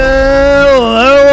Hello